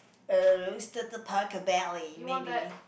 uh roasted pork belly maybe